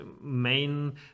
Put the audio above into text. main